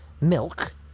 milk